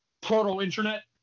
proto-internet